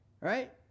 right